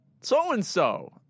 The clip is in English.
so-and-so